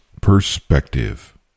Perspective